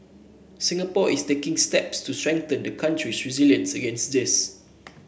Singapore is taking steps to strengthen the country's resilience against this